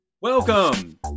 Welcome